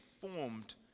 formed